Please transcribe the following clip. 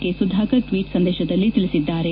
K Sudhakar tweet ಸಂದೇಶದಲ್ಲಿ ತಿಳಿಸಿದ್ದಾರೆ